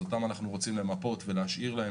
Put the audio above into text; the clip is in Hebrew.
אותם אנחנו רוצים למפות ולהשאיר להם